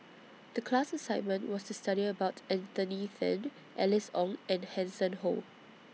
The class assignment was to study about Anthony Then Alice Ong and Hanson Ho